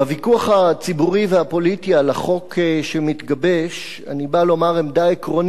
בוויכוח הציבורי והפוליטי על החוק שמתגבש אני בא לומר עמדה עקרונית.